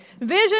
Vision